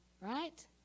Right